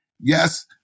Yes